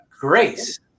grace